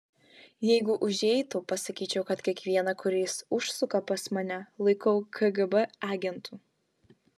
jeigu užeitų pasakyčiau kad kiekvieną kuris užsuka pas mane laikau kgb agentu